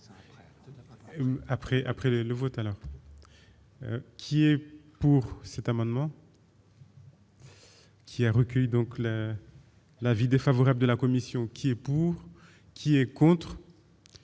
après le vote, alors qui est pour cet amendement. Qui a recueilli donc là l'avis défavorable de la commission qui est pour, qui est contre